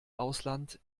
ausland